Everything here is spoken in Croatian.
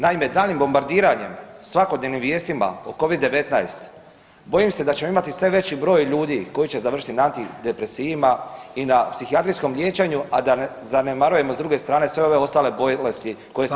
Naime, daljnjim bombardiranjem, svakodnevnim vijestima o Covid-19 bojim se da ćemo imati sve veći broj ljudi koji će završiti na antidepresivima i na psihijatrijskom liječenju, a da ne, zanemarujemo s druge strane sve ove ostale bolesti koje ste i vi spominjali.